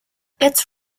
its